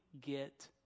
get